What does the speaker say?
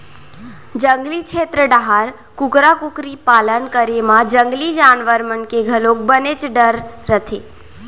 जंगली छेत्र डाहर कुकरा कुकरी पालन करे म जंगली जानवर मन के घलोक बनेच डर रथे